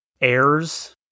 heirs